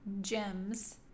gems